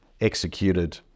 executed